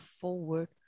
forward